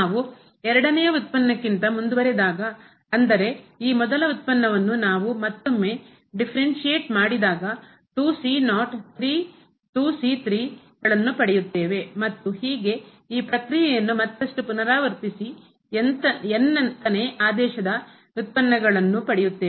ನಾವು ಎರಡನೆಯ ವ್ಯುತ್ಪನ್ನಕ್ಕಿಂತ ಮುಂದುವರೆದಾಗ ಅಂದರೆ ಈ ಮೊದಲ ವ್ಯುತ್ಪನ್ನವನ್ನು ನಾವು ಮತ್ತೊಮ್ಮೆ ಡಿಫರೆನ್ಸಿಯಟ್ ಮಾಡಿದಾಗ ಗಳನ್ನು ಪಡೆಯುತ್ತೇವೆ ಮತ್ತು ಹೀಗೆ ಈ ಪ್ರಕ್ರಿಯೆಯನ್ನು ಮತ್ತಷ್ಟು ಪುನರಾವರ್ತಿಸಿ ನೇ ಆದೇಶದ ವ್ಯುತ್ಪನ್ನ ಗಳನ್ನು ಪಡೆಯುತ್ತೇವೆ